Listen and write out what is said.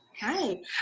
Hi